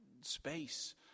space